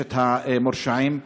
לחמשת המורשעים,